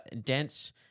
dense